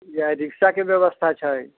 या रिक्शाके व्यवस्था छै